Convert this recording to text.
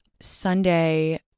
Sunday